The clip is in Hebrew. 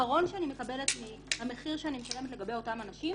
היתרון שאני מקבלת על המחיר שאני משלמת לגבי אותם אנשים